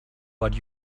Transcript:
what